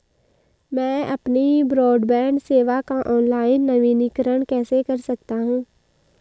मैं अपनी ब्रॉडबैंड सेवा का ऑनलाइन नवीनीकरण कैसे कर सकता हूं?